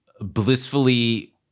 blissfully